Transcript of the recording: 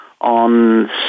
on